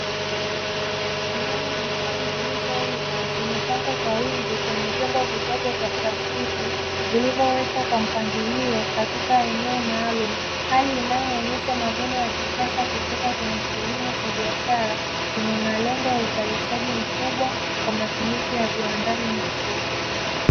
Nyanya nyekundu zilizoiva, zimepangwa kwa wingi kwenye vyombo vidogo vya plastiki, vilivyowekwa kwa mpangilio katika eneo maalumu. Hali inayoonyesha mavuno ya kisasa kutoka kwenye kilimo cha biashara, chenye malengo ya uzalishaji mkubwa, kwa matumizi ya viwandani na soko.